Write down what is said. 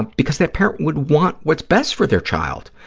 because that parent would want what's best for their child,